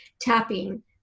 tapping